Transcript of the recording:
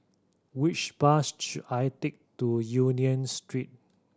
which bus should I take to Union Street